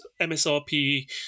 MSRP